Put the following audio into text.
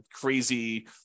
crazy